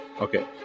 Okay